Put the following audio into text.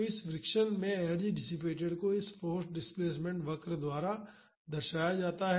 तो इस फ्रिक्शन में एनर्जी डिसिपेटड को इस फाॅर्स डिस्प्लेसमेंट वक्र द्वारा दर्शाया जाता है